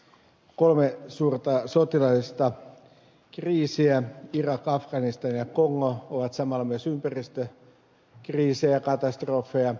kolme suurta sotilaallista kriisiä irak afganistan ja kongo ovat samalla myös ympäristökriisejä ja katastrofeja